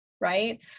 right